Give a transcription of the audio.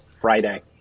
Friday